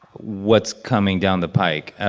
what's coming down the pike, ah